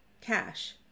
Cash